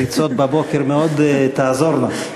ריצות בבוקר מאוד תעזורנה.